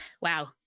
wow